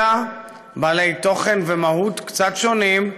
אלא בעלי תוכן ומהות קצת שונים,